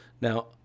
Now